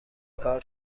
کار